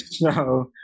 no